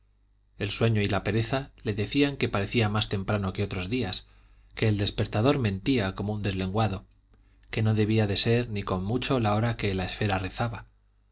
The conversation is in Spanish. el sueño y la pereza le decían que parecía más temprano que otros días que el despertador mentía como un deslenguado que no debía de ser ni con mucho la hora que la esfera rezaba